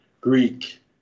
greek